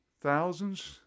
thousands